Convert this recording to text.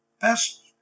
best